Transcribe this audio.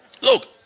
Look